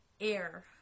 Air